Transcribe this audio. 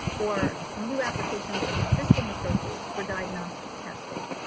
or new applications of existing approaches, for diagnostic testing.